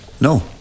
no